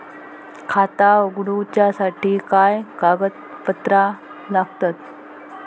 खाता उगडूच्यासाठी काय कागदपत्रा लागतत?